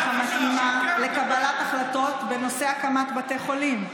המתאימה לקבלת החלטות בנושא הקמת בתי חולים.